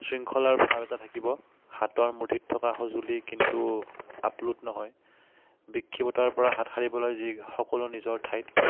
শৃংখলাৰ ভাৱ এটা থাকিব হাতৰ মুঠিত থকা সঁজুলি কিন্তু আপলোত নহয় বিক্ষিপ্ততাৰ পৰা হাত সাৰিবলৈ যি সকলো নিজৰ ঠাইত